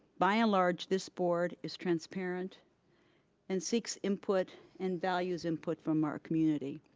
by and large, this board is transparent and seeks input and values input from our community.